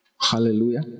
Hallelujah